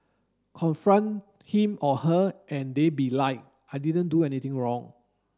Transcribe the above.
confront him or her and they be like I didn't do anything wrong